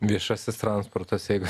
viešasis transportas jeigu